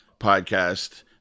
podcast –